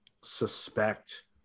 suspect